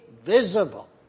visible